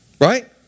right